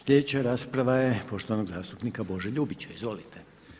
Sljedeća rasprava je poštovanog zastupnika Bože Ljubića, izvolite.